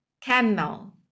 camel